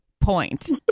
Point